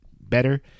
better